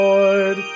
Lord